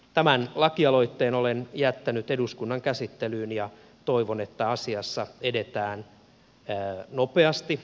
tämän lakialoitteen olen jättänyt eduskunnan käsittelyyn ja toivon että asiassa edetään nopeasti